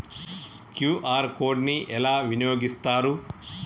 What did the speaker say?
QR code ని ఎలా వినియోగిస్తారు?